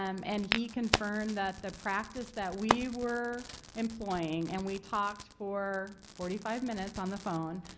um and he confirmed that the practice that we were employing, and we talked for forty five minutes on the phone,